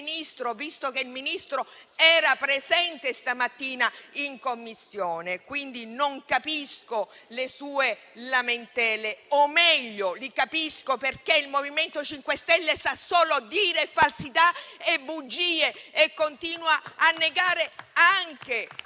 visto che il Ministro era presente stamattina in Commissione. Quindi, non capisco le sue lamentele o, meglio, le capisco, perché il MoVimento 5 Stelle sa solo dire falsità e bugie e continua a negare i